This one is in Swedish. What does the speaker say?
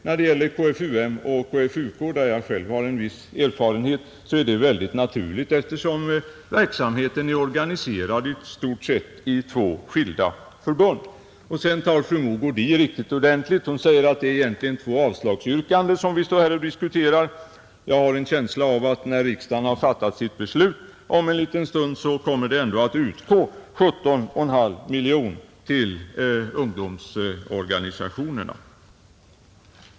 När det gäller KFUM och KFUK, varifrån jag själv har en viss erfarenhet, är detta mycket lämpligt, eftersom verksamheten i stort sett är organiserad i två skilda förbund, Sedan tog fru Mogård i riktigt ordentligt och sade att det egentligen är två avslagsyrkanden vi här diskuterar. Jag har en känsla av att när riksdagen om en liten stund har fattat sitt beslut, kommer det ändå att utgå 17,5 miljoner till ungdomsorganisationerna.